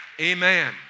Amen